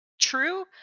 true